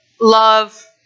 Love